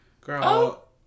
girl